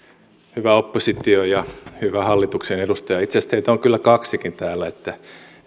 hyvä oppositio ja hyvä hallituksen edustaja itse asiassa teitä on kyllä kaksikin täällä niin että